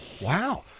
Wow